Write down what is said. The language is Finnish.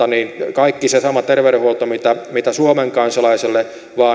kaikki se sama terveydenhuolto kuin mitä suomen kansalaiselle